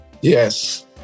Yes